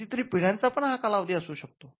कितीतरी पिढ्यांचा पण हा कालावधी असू शकतो